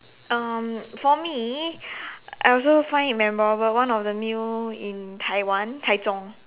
um for me I also find it memorable one of the meal in Taiwan Taichung